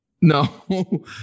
No